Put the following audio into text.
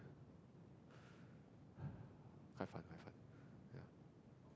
quite fun quite fun ya